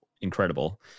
incredible